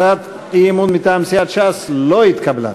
הצעת האי-אמון מטעם סיעת ש"ס לא התקבלה.